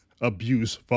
abuse